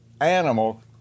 animal